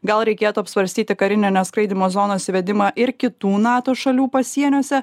gal reikėtų apsvarstyti karinio neskraidymo zonos įvedimą ir kitų nato šalių pasieniuose